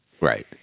right